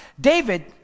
David